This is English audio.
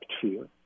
fear